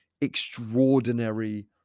extraordinary